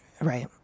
Right